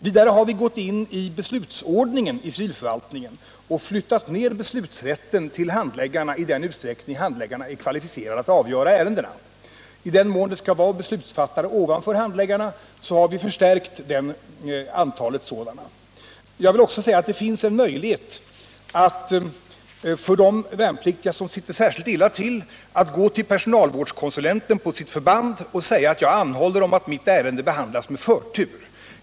Vi har vidare gått in i beslutsordningen i civilförvaltningen och flyttat ned beslutsrätten till handläggarna i den utsträckning dessa är kvalificerade att avgöra ärendena. I den mån det skall vara beslutsfattare ovanför handläggarna har vi förstärkt antalet sådana. Jag vill också säga att det för de värnpliktiga som sitter särskilt illa till finns en möjlighet att gå till personalvårdskonsulenten på sitt förband och anhålla om att deras ärenden behandlas med förtur.